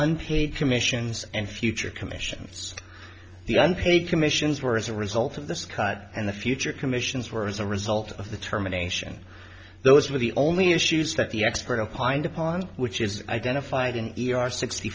unpaid commissions and future commissions the unpaid commissions were as a result of this cut and the future commissions were as a result of the term a nation those were the only issues that the expert opined upon which is identified in e r sixty